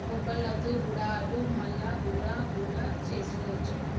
బొబ్బర్లతో గుడాలు మల్ల కూర కూడా చేసుకోవచ్చు